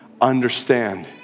understand